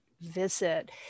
visit